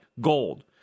gold